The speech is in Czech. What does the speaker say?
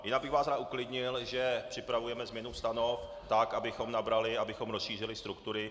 Jinak bych vás rád uklidnil, že připravujeme změnu stanov tak, abychom nabrali, abychom rozšířili struktury.